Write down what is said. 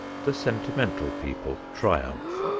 the sentimental people triumph.